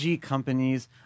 companies